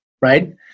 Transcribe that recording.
right